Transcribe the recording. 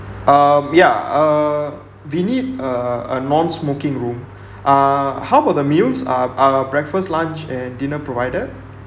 um ya uh we need a a non-smoking room uh how about the meals are are breakfast lunch and dinner provided